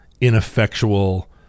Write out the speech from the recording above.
ineffectual